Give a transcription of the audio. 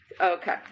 Okay